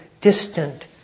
distant